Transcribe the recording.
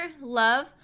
love